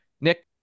Nick